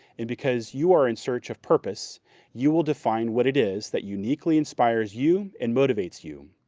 and because you are in search of purpose you will define what it is that uniquely inspires you and motivates you.